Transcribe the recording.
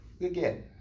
again